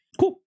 Cool